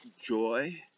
joy